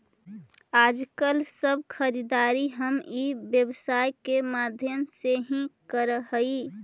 आजकल सब खरीदारी हम ई व्यवसाय के माध्यम से ही करऽ हई